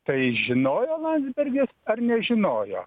tai žinojo landsbergis ar nežinojo